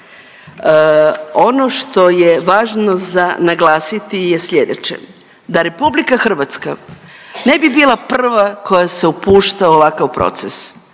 Ono što je važno za naglasiti je sljedeće, da RH ne bi bila prva koja se upušta u ovakav proces,